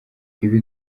ibi